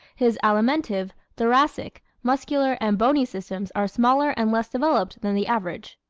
his alimentive, thoracic, muscular and bony systems are smaller and less developed than the average.